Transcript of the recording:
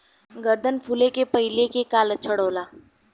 गर्दन फुले के पहिले के का लक्षण होला?